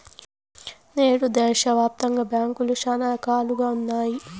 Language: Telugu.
నేడు దేశాయాప్తంగా బ్యాంకులు శానా రకాలుగా ఉన్నాయి